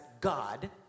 God